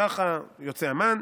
ככה יוצא המן.